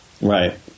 Right